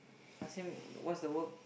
ask him what's the work